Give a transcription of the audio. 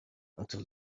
until